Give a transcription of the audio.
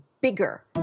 bigger